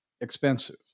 expensive